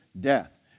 death